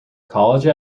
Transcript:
college